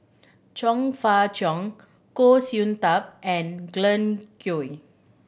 Chong Fah Cheong Goh Sin Tub and Glen Goei